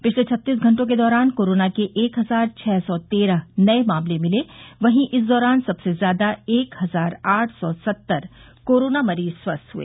पिछले छत्तीस घंटों के दौरान कोरोना के एक हजार छह सौ तेरह नये मामले मिले वहीं इस दौरान इससे ज्यादा एक हजार आठ सौ सत्तर कोरोना मरीज स्वस्थ हए